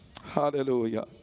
Hallelujah